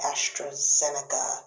AstraZeneca